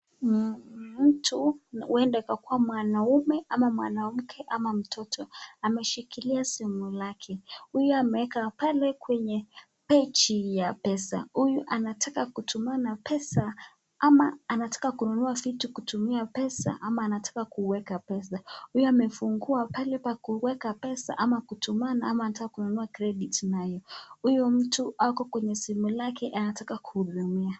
Mtu huenda ikawa ni mwanaume ama mwanamke ama mtoto ameshikilia simu lake. Huyu ameweka pale kwenye page ya pesa. Huyu anataka kutumana pesa ama anataka kununua vitu kutumia pesa ama anataka kuweka pesa. Huyu amefungua pale pa kuweka pesa ama kutumana ama anataka kununua credit naye. Huyu mtu ako kwenye simu lake anataka kuhudumiwa.